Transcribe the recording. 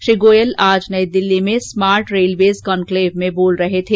श्री गोयल आज नई दिल्ली में smart railways conclave में बोल रहे थे